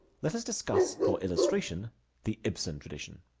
let us discuss for illustration the ibsen tradition.